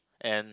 and